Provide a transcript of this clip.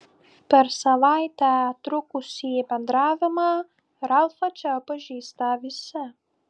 per savaitę trukusį bendravimą ralfą čia pažįsta visi